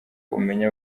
umenya